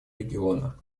региона